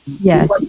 Yes